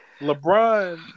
LeBron